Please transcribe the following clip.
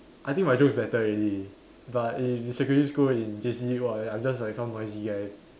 I think my joke is better already but in secondary school in J_C !wah! I'm just like some noisy guy